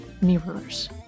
mirrors